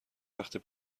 وقتی